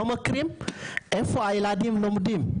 לא מכירים איפה הילדים לומדים,